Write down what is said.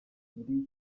buri